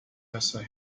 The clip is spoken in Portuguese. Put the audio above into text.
essa